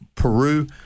Peru